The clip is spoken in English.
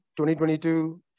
2022